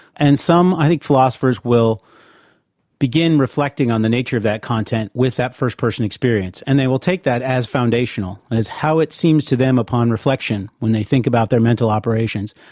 and some, i think, philosophers will begin reflecting on the nature of that content with that first-person experience, and they will take that as foundational. and as how it seems to them upon reflection, when they think about their mental operations,